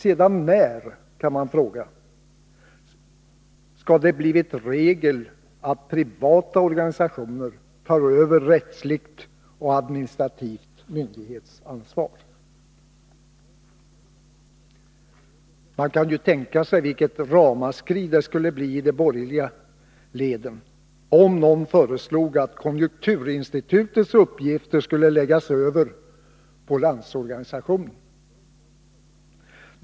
Sedan när, kan man fråga, skall det vara regel att privata organisationer tar över rättsligt och administrativt myndighetsansvar? Man kan ju tänka sig vilket ramaskri det skulle bli i de borgerliga leden, om någon föreslog att konjunkturinstitutets uppgifter skulle läggas över på LO.